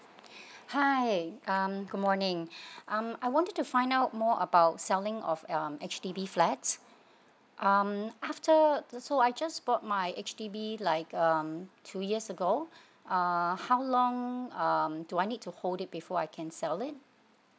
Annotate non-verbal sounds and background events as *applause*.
*breath* hi um good morning *breath* um I wanted to find out more about selling of um H_D_B flats um after so I just bought my H_D_B like um two years ago *breath* uh how long um do I need to hold it before I can sell it